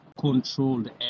controlled